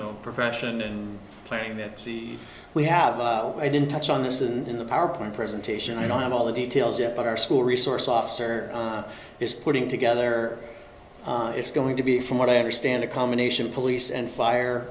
know profession and planning that see we have i didn't touch on this and in the powerpoint presentation i don't have all the details yet but our school resource officer on is putting together it's going to be from what i understand a combination police and fire